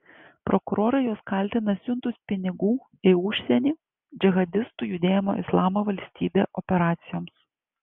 prokurorai juos kaltina siuntus pinigų į užsienį džihadistų judėjimo islamo valstybė operacijoms